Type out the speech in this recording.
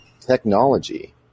technology